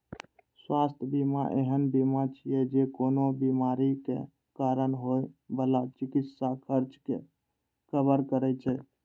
स्वास्थ्य बीमा एहन बीमा छियै, जे कोनो बीमारीक कारण होइ बला चिकित्सा खर्च कें कवर करै छै